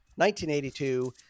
1982